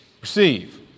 receive